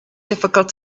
difficult